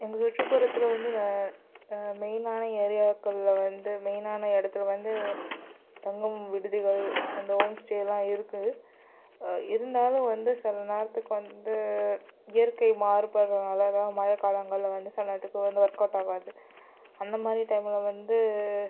எங்கள் சுற்றுப்புறத்தில் வந்து இந்த மெயினான ஏரியாக்களில் வந்து மெயினான இடத்துல வந்து தங்கும் விடுதிகள் அந்த ஹோம் ஸ்டேலாம் இருக்குது இருந்தாலும் வந்து சில நேரத்துக்கு வந்து இயற்கை மாறுபடுறனால தான் மழைக் காலங்களில் வந்து சில நேரத்துக்கு வந்து ஒர்க்அவுட் ஆகாது அந்த மாதிரி டைமில் வந்து